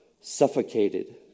suffocated